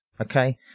Okay